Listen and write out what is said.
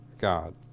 God